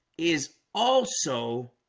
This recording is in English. is also